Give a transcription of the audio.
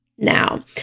now